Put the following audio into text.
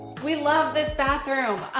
we love this bathroom.